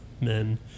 men